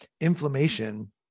inflammation